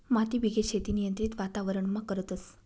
मातीबिगेर शेती नियंत्रित वातावरणमा करतस